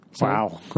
Wow